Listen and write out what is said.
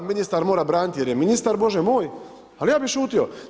Ministar mora braniti jer je ministar Bože moj, ali ja bi šutio.